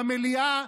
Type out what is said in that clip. במליאה,